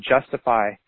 justify